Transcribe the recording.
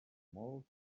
molts